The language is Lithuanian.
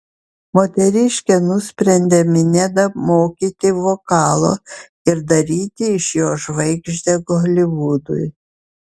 moteriškė nusprendė minedą mokyti vokalo ir daryti iš jo žvaigždę holivudui